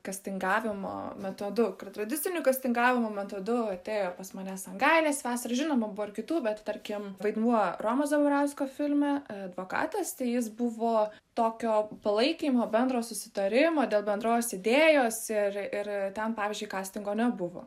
kastingavimo metodu tradiciniu kastingavimo metodu atėjo pas mane sangailės vasara žinoma buvo ir kitų bet tarkim vaidmuo romo zabarausko filme advokatas tai jis buvo tokio palaikymo bendro susitarimo dėl bendros idėjos ir ir ten pavyzdžiui kastingo nebuvo